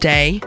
Day